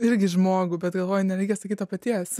irgi žmogų bet galvoju nereikia sakyt to paties